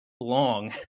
long